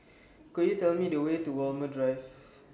Could YOU Tell Me The Way to Walmer Drive